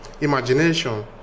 imagination